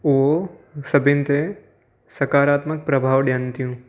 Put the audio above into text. उहो सभिनि ते सकारात्मक प्रभाव ॾियनि थियूं